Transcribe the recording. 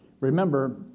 Remember